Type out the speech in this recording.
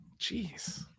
Jeez